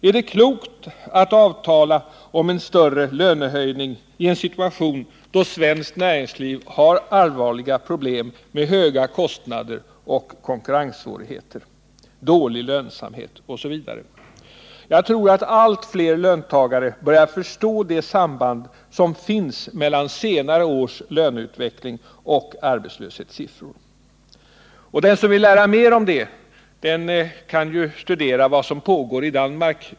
Är det klokt att avtala om en större lönehöjning i en situation då svenskt näringsliv 43 har allvarliga problem med höga kostnader och konkurrenssvårigheter, dålig lönsamhet osv.? Jag tror att allt fler löntagare börjar förstå det samband som finns mellan senare års löneutveckling och arbetslöshetssiffror. Och den som vill lära mer om det kan ju studera vad som pågår i Danmark.